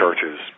churches